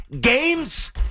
games